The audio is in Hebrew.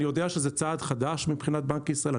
אני יודע שזה צעד חדש מבחינת בנק ישראל.